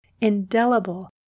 indelible